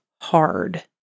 hard